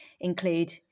include